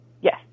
Yes